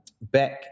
back